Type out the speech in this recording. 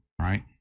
right